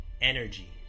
energy